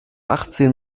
achtzehn